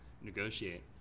negotiate